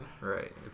Right